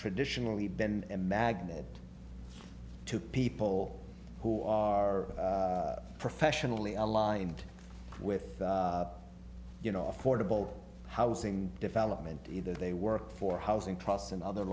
traditionally been a magnet to people who are professionally aligned with you know affordable housing development either they work for housing process and other